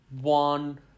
one